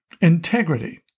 integrity